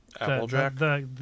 Applejack